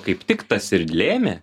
kaip tik tas ir lėmė